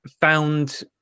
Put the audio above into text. found